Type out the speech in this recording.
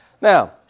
Now